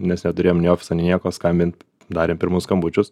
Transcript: nes neturėjom nei ofiso nieko skambint darėm pirmus skambučius